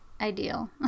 ideal